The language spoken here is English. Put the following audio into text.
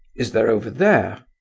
is there over there?